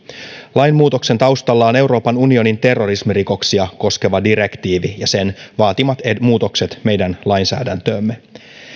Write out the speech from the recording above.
lain muutoksen taustalla on euroopan unionin terrorismirikoksia koskeva direktiivi ja sen vaatimat muutokset meidän lainsäädäntöömme